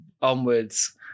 onwards